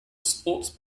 sports